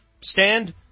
stand